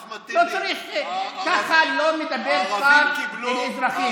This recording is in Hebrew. לא צריך, ככה לא מדבר שר לאזרחים.